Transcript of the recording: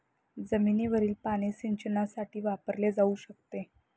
जमिनीवरील पाणी सिंचनासाठी वापरले जाऊ शकते